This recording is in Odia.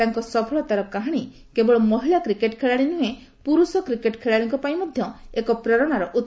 ତାଙ୍କ ସଫଳତାର କାହାଣୀ କେବଳ ମହିଳା କ୍ରିକେଟ୍ ଖେଳାଳି ନୁହେଁ ପୁରୁଷ କ୍ରିକେଟ୍ ଖେଳାଳିଙ୍କ ପାଇଁ ମଧ୍ୟ ଏକ ପ୍ରେରଣାର ଉହ